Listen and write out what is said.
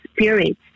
Spirit